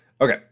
okay